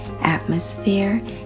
atmosphere